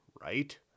Right